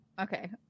okay